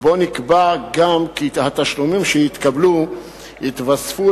ובה נקבע גם כי התשלומים שיתקבלו יתווספו